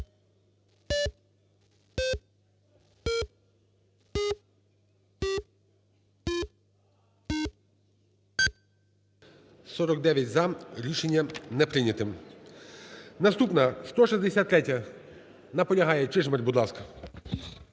За-49 Рішення не прийняте. Наступна 163-я. Наполягає. Чижмарь, будь ласка.